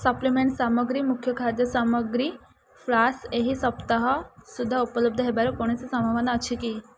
supplement ସାମଗ୍ରୀ ମୁଖ୍ୟ ଖାଦ୍ୟ ସାମଗ୍ରୀ ଫ୍ଲାସ୍ ଏହି ସପ୍ତାହ ସୁଦ୍ଧା ଉପଲବ୍ଧ ହେବାର କୌଣସି ସମ୍ଭାବନା ଅଛି କି